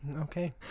Okay